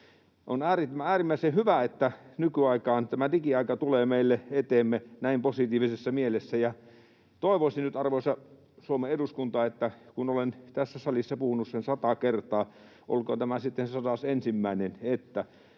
On äärimmäisen hyvä, että tämä digiaika tulee meille eteemme näin positiivisessa mielessä, ja toivoisin nyt, arvoisa Suomen eduskunta, kun olen tässä salissa puhunut siitä sata kertaa — olkoon tämä sitten 101. — että